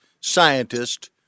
scientist